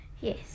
Yes